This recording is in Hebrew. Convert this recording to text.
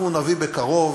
אנחנו נביא בקרוב,